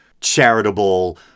charitable